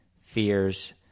fears